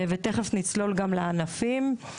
ותכף נצלול גם לענפים.